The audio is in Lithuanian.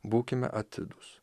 būkime atidūs